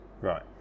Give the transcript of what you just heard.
Right